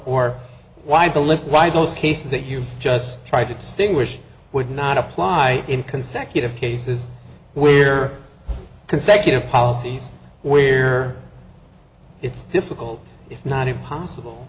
or why the loop why those cases that you just tried to distinguish would not apply in consecutive cases where consecutive policies we're it's difficult if not impossible